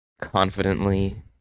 confidently